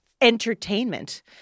entertainment